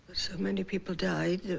so many people died.